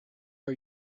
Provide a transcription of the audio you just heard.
are